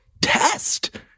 test